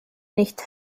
nicht